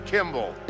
Kimball